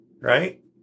Right